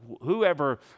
whoever